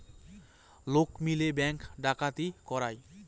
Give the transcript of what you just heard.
লোক মিলে ব্যাঙ্ক ডাকাতি করায়